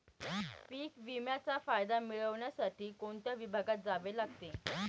पीक विम्याचा फायदा मिळविण्यासाठी कोणत्या विभागात जावे लागते?